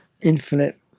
infinite